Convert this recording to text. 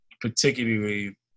particularly